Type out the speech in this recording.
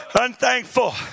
unthankful